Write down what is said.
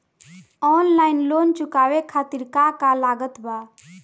Online loan चुकावे खातिर का का लागत बा?